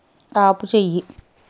ఆపుచేయి